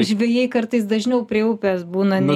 žvejai kartais dažniau prie upės būna nei